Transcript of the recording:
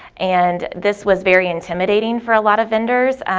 and this was very intimidating for a lot of vendors,